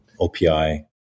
OPI